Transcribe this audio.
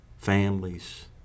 families